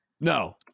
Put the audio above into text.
No